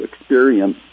experience